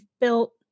built